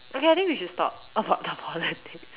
okay I think we should stop about the politics